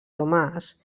tomàs